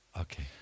Okay